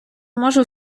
можу